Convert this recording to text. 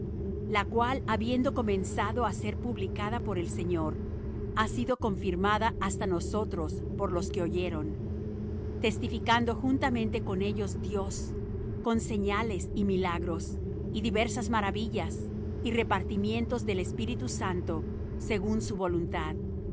la cual habiendo comenzado á ser publicada por el señor ha sido confirmada hasta nosotros por los que oyeron testificando juntamente con ellos dios con señales y milagros y diversas maravillas y repartimientos del espíritu santo según su voluntad